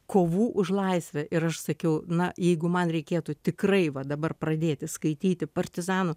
kovų už laisvę ir aš sakiau na jeigu man reikėtų tikrai va dabar pradėti skaityti partizanų